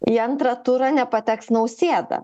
į antrą turą nepateks nausėda